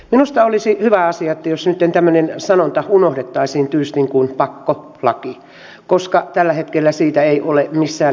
minusta olisi hyvä asia jos nyt unohdettaisiin tyystin tämmöinen sanonta kuin pakkolaki koska tällä hetkellä siitä ei ole missään nimessä kysymys